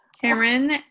Cameron